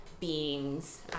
beings